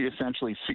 essentially